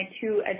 two